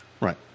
Right